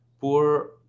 poor